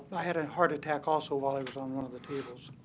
i had a heart attack also while i was on one of the tables.